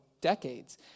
decades